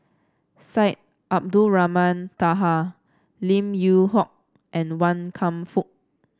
Syed Abdulrahman Taha Lim Yew Hock and Wan Kam Fook